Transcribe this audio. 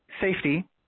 safety